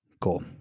Cool